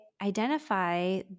identify